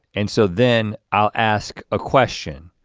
and so then i'll ask a question.